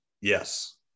Yes